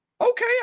okay